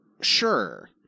Sure